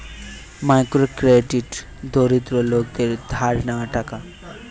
micro credit দরিদ্র লোকদের ধার লেওয়া টাকা